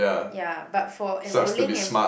ya but for enrolling and